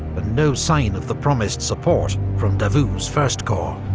no sign of the promised support from davout's first corps.